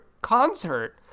concert